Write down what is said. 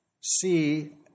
see